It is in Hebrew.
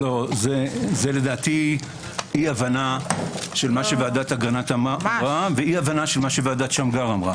זה לדעתי אי הבנה של מה שוועדת אגרנט אמר ומה שוועדת שמגר אמרה.